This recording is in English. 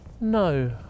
No